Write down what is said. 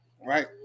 right